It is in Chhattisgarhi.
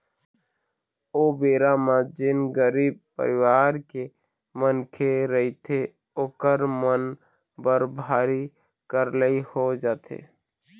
ओ बेरा म जेन गरीब परिवार के मनखे रहिथे ओखर मन बर भारी करलई हो जाथे